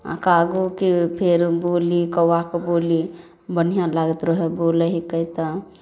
आ कागोके फेर बोली कौआके बोली बढ़िऑं लागैत रहै बोलै हिके तऽ